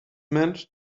meant